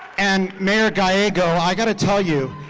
and mayor gallego, i've got to tell you,